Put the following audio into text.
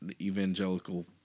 evangelical